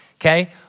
okay